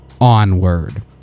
onward